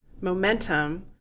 momentum